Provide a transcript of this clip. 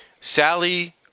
Sally